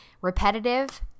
Repetitive